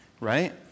right